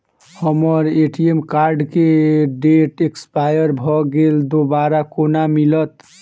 हम्मर ATM card केँ date expire भऽ गेल दोबारा कोना मिलत?